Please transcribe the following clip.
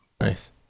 Nice